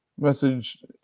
Message